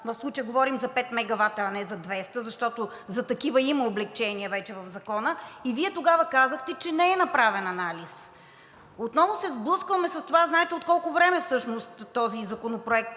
в случая говорим за 5 мегавата, а не за 200, защото за такива има облекчения вече в Закона и Вие тогава казахте, че не е направен анализ. Отново се сблъскваме с това, знаете от колко време всъщност това изменение